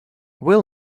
will